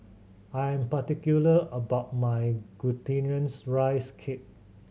I am particular about my Glutinous Rice Cake